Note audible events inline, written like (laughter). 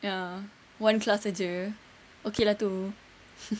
ya one class aje okay lah tu (laughs)